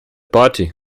party